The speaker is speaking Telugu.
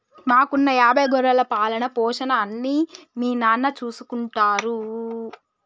మాకున్న యాభై గొర్రెల పాలన, పోషణ అన్నీ మా నాన్న చూసుకుంటారు